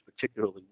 particularly